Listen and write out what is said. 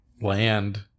land